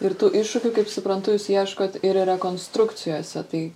ir tų iššūkių kaip suprantu jūs ieškot ir rekonstrukcijose tai